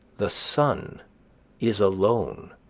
the sun is alone,